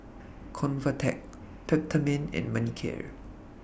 Convatec Peptamen and Manicare